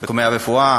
בתחומי הרפואה